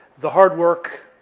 the hard work,